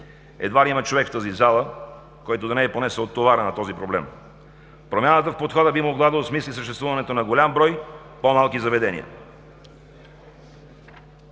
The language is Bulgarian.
Едва ли има човек в тази зала, който да не е понесъл товара на този проблем. Промяната в подхода би могла да осмисли съществуването на голям брой по-малки заведения.